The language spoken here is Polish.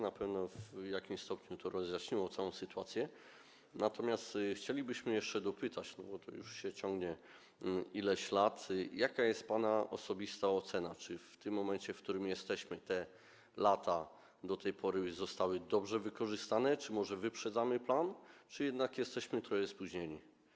Na pewno w jakimś stopniu to rozjaśniło całą sytuację, natomiast chcielibyśmy jeszcze dopytać, bo to już się ciągnie ileś lat, jaka jest pana osobista ocena, czy w tym momencie, w którym jesteśmy, te lata do tej pory zostały dobrze wykorzystane, czy może wyprzedzamy plan, czy jednak jesteśmy trochę spóźnieni?